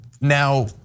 Now